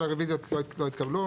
כל הרביזיות לא התקבלו.